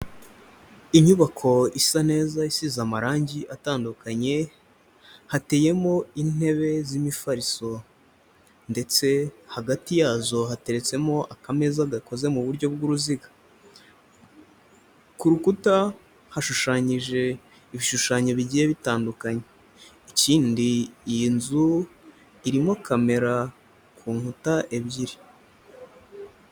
Inyubako isa neza isize amarangi atandukanye, hateyemo intebe z'imifariso ndetse hagati yazo hateretsemo akameza gakoze mu buryo bw'uruziga. Ku rukuta hashushanyije ibishushanyo bigiye bitandukanye. Ikindi iyi nzu irimo camera ku nkuta ebyiri.